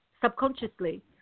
subconsciously